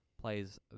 plays